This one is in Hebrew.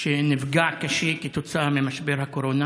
שנפגע קשה כתוצאה ממשבר הקורונה,